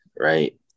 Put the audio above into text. right